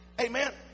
Amen